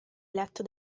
eletto